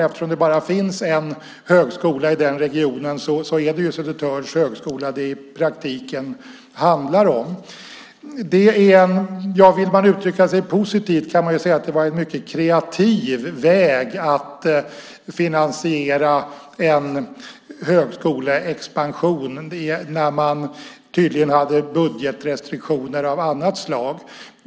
Eftersom det bara fanns en högskola i den regionen var det Södertörns högskola det i praktiken handlade om. Vill man uttrycka sig positivt kan man säga att det var en mycket kreativ väg att finansiera en högskoleexpansion när man tydligen hade budgetrestriktioner av annat slag.